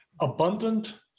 abundant